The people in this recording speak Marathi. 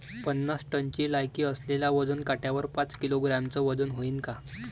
पन्नास टनची लायकी असलेल्या वजन काट्यावर पाच किलोग्रॅमचं वजन व्हईन का?